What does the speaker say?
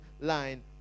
line